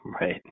Right